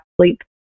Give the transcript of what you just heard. sleep